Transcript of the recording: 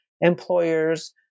employers